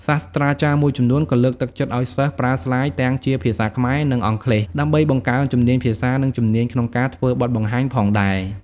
សាស្ត្រាចារ្យមួយចំនួនក៏លើកទឹកចិត្តឱ្យសិស្សប្រើស្លាយទាំងជាភាសាខ្មែរ និងអង់គ្លេស ដើម្បីបង្កើនជំនាញភាសា និងជំនាញក្នុងការធ្វើបទបង្ហាញផងដែរ។